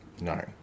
No